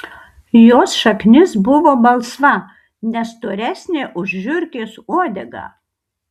jos šaknis buvo balsva ne storesnė už žiurkės uodegą